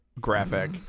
graphic